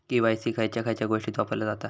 KYC खयच्या खयच्या गोष्टीत वापरला जाता?